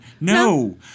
No